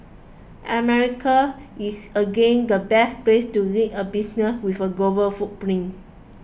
America is again the best place to lead a business with a global footprint